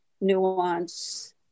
nuance